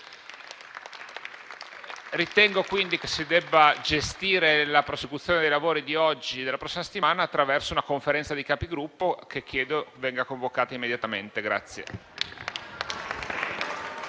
Ritengo quindi che si debba gestire la prosecuzione dei lavori di oggi e della prossima settimana attraverso una Conferenza dei Capigruppo, che chiedo venga convocata immediatamente.